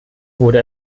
wurde